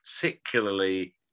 particularly